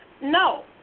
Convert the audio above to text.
no